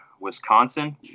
wisconsin